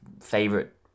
favorite